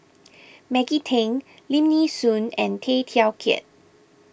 Maggie Teng Lim Nee Soon and Tay Teow Kiat